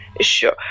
Sure